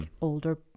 older